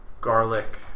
garlic